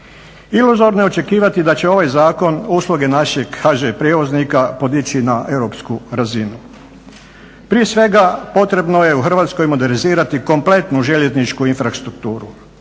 Iluzorno je očekivati da će ovaj zakon usluge našeg HŽ prijevoznika podići na europsku razinu. Prije svega, potrebno je u Hrvatskoj modernizirati kompletnu željezničku infrastrukturu,